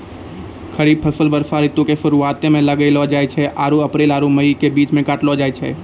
खरीफ फसल वर्षा ऋतु के शुरुआते मे लगैलो जाय छै आरु अप्रैल आरु मई के बीच मे काटलो जाय छै